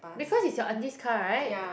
because it's your auntie's car right